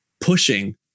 pushing